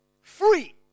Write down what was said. free